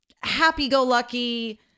happy-go-lucky